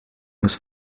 muss